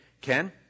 Ken